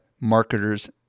marketers